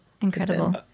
incredible